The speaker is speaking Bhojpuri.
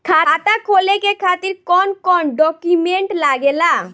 खाता खोले के खातिर कौन कौन डॉक्यूमेंट लागेला?